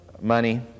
money